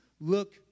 look